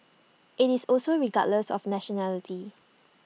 IT is also regardless of nationality